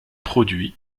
produit